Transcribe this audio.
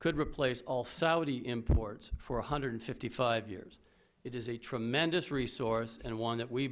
could replace all saudi imports for one hundred and fifty five years it is a tremendous resource and one that we